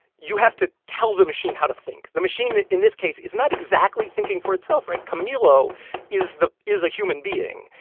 you have to tell the machine how to think. the machine, in this case, is not exactly thinking for itself, right? camilo is the is a human being,